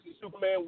Superman